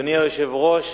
אדוני היושב-ראש,